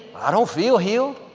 i don't feel healed.